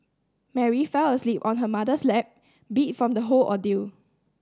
Mary fell asleep on her mother's lap beat from the whole ordeal